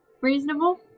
reasonable